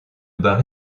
bat